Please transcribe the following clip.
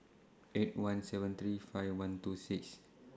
eight one seven three five one two six